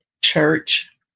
church